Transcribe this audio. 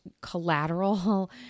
collateral